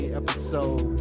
episode